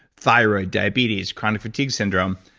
thyroid diabetes, chronic fatigue syndrome.